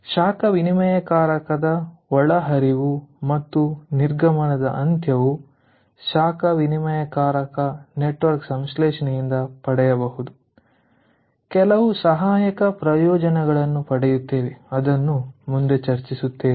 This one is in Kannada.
ಶಾಖ ವಿನಿಮಯಕಾರಕದ ಒಳಹರಿವು ಮತ್ತು ನಿರ್ಗಮನ ಅಂತ್ಯವು ಶಾಖ ವಿನಿಮಯಕಾರಕ ನೆಟ್ವರ್ಕ್ಸಂಶ್ಲೇಷಣೆಯಿಂದ ಪಡೆಯಬಹುದು ಕೆಲವು ಸಹಾಯಕ ಪ್ರಯೋಜನಗಳನ್ನು ಪಡೆಯುತ್ತೇವೆ ಅದನ್ನು ಮುಂದೆ ಚರ್ಚಿಸುತ್ತೇನೆ